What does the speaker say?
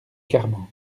carmaux